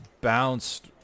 bounced